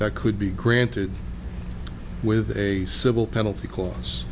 that could be granted with a civil penalty clause